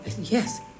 yes